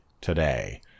today